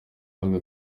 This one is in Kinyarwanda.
avuga